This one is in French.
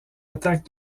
attaque